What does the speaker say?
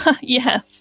Yes